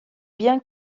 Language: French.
bien